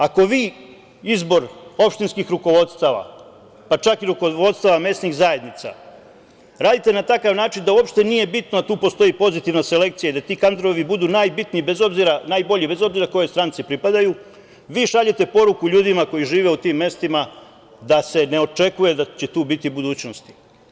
Ako vi izbor opštinskih rukovodstava, pa čak i rukovodstva mesnih zajednica, radite na takav način da uopšte nije bitno da tu postoji pozitivna selekcija i da ti kadrovi budu najbolji, bez obzira kojoj stranci pripadaju, vi šaljete poruku ljudima koji žive u tim mestima da se ne očekuje da će tu biti budućnosti.